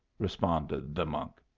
responded the monk.